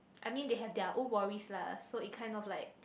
I mean they have their own worries lah so it kind of like